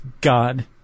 god